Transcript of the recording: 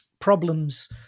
problems